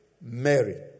Mary